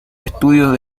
estudios